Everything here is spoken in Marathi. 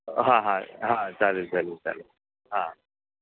हां हां हां चालेल चालेल चालेल हां